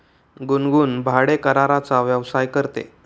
गुनगुन भाडेकराराचा व्यवसाय करते